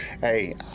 Hey